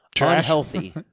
unhealthy